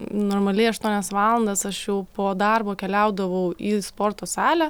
normaliai aštuonias valandas aš jau po darbo keliaudavau į sporto salę